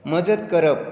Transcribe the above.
मजत करप